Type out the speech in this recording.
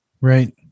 Right